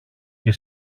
και